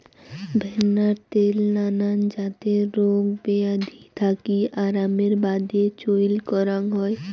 ভেন্নার ত্যাল নানান জাতের রোগ বেয়াধি থাকি আরামের বাদে চইল করাং হই